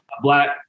black